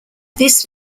this